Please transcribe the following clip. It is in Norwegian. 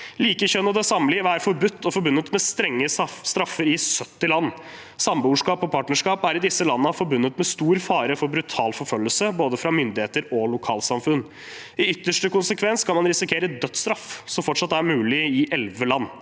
Likekjønnede samliv er forbudt og forbundet med strenge straffer i 70 land. Samboerskap og partnerskap er i disse landene forbundet med stor fare for brutal forfølgelse, fra både myndigheter og lokalsamfunn. I ytterste konsekvens kan man risikere dødsstraff, som fortsatt er mulig i 11 land.